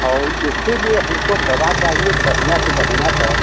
और उसके लिए हमको दवा चाहिए बढ़िया से बढ़िया सर